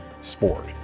sport